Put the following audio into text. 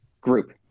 Group